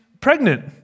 pregnant